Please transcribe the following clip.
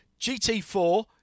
GT4